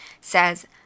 says